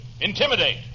Intimidate